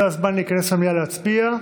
זה הזמן להיכנס למליאה להצביע.